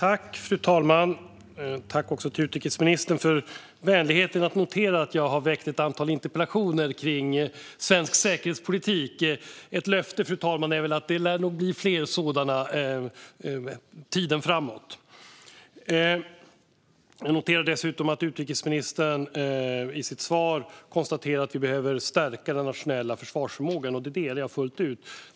Fru talman! Tack, utrikesministern, för vänligheten att notera att jag har väckt ett antal interpellationer om svensk säkerhetspolitik! Ett löfte, fru talman, är att det blir fler sådana framöver. Jag noterade att utrikesministern i sitt svar konstaterade att vi behöver stärka den nationella försvarsförmågan. Den synen delar jag fullt ut.